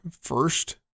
first